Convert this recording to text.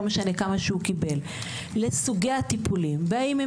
לא משנה כמה הוא קיבל לסוגי הטיפולים והאם הם